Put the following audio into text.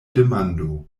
demando